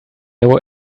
owe